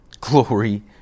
glory